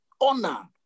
Honor